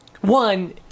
one